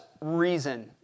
reason